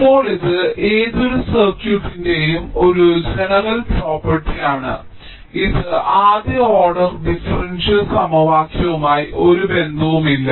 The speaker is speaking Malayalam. ഇപ്പോൾ ഇത് ഏതൊരു സർക്യൂട്ടിന്റെയും ഒരു ജനറൽ പ്രോപ്പർട്ടിയാണ് ഇത് ആദ്യ ഓർഡർ ഡിഫറൻഷ്യൽ സമവാക്യവുമായി ഒരു ബന്ധവുമില്ല